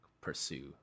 pursue